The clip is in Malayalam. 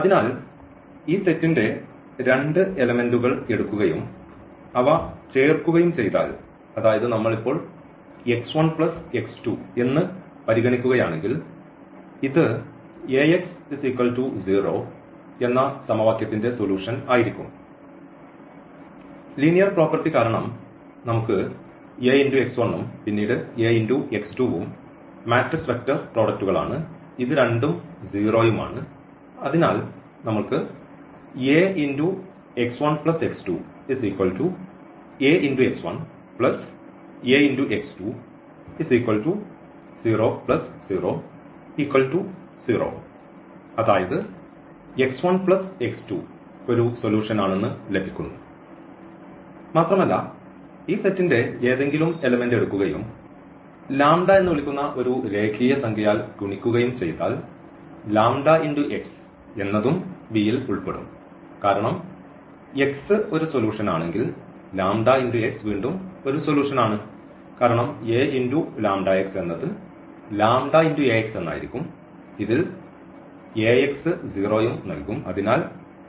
അതിനാൽ ഈ സെറ്റിന്റെ രണ്ട് എലെമെന്റുകൾ എടുക്കുകയും അവ ചേർക്കുകയും ചെയ്താൽ അതായത് നമ്മൾ ഇപ്പോൾ എന്ന് പരിഗണിക്കുകയാണെങ്കിൽ ഇത് Ax 0 എന്ന സമവാക്യത്തിന്റെ സൊല്യൂഷൻ ആയിരിക്കും ലീനിയർ പ്രോപ്പർട്ടി കാരണം നമുക്ക് ഉം പിന്നീട് ഉം മാട്രിക്സ് വെക്റ്റർ പ്രോഡക്റ്റുകൾ ആണ് ഇത് രണ്ടും 0 ഉം ആണ് അതിനാൽ നമ്മൾക്ക് ഈ A000 അതായത് ഒരു സൊല്യൂഷൻ ആണെന്ന് ലഭിക്കുന്നു മാത്രമല്ല ഈ സെറ്റിന്റെ ഏതെങ്കിലും എലമെന്റ് എടുക്കുകയും എന്ന് വിളിക്കുന്ന ഒരു രേഖീയ സംഖ്യയാൽ ഗുണിക്കുകയും ചെയ്താൽ എന്നതും V യിൽ ഉൾപ്പെടും കാരണം x ഒരു സൊല്യൂഷനാണെങ്കിൽ വീണ്ടും ഒരു സൊലൂഷൻ ആണ് കാരണം Aλx എന്നത് λAx എന്നായിരിക്കും ഇതിൽ Ax 0 ഉം നൽകും